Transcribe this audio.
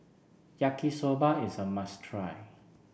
Yaki Soba is a must try